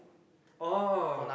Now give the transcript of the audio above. oh